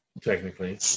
Technically